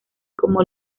como